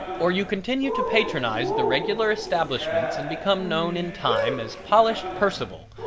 or you continue to patronize the regular establishments and become known in time as polished percival,